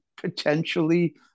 potentially